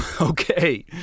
Okay